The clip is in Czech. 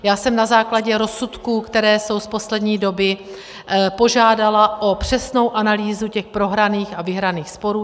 Já jsem na základě rozsudků, které jsou z poslední doby, požádala o přesnou analýzu těch prohraných a vyhraných sporů.